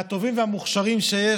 מהטובים והמוכשרים שיש.